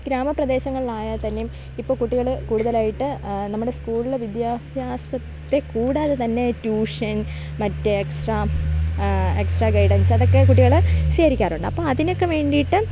ഗ്രാമ പ്രദേശങ്ങളിൽ ആയാൽ തന്നെയും ഇപ്പോൾ കുട്ടികൾ കൂടുതലായിട്ട് നമ്മുടെ സ്കൂളിൽ വിദ്യാഭ്യാസത്തെ കൂടാതെ തന്നെ ട്യൂഷൻ മറ്റു എക്സ്ട്രാ എക്സ്ട്രാ ഗൈഡൻസ് അതൊക്കെ കുട്ടികളെ ചെയ്യിക്കാറുണ്ട് അപ്പോൾ അതിനൊക്കെ വേണ്ടിയിട്ട്